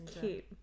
Cute